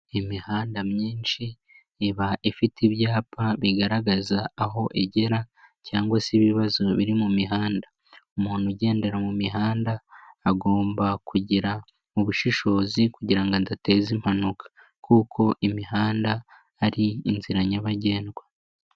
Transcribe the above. Imihanda myinshi iba ifite ibyapa bigaragaza aho igera cyangwa se ibibazo biri mu mihanda, umuntu ugendera mu mihanda agomba kugira mu bushishozi kugira ngo adateza impanuka, kuko imihanda ari inzira nyabagendwa.